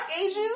ages